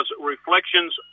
Reflections